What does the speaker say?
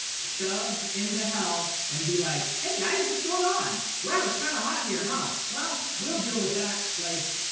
shoved into hell and be like, hey, guys, what's going on? wow, it's kind of hot here, huh? well, we'll deal with that. like,